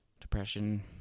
depression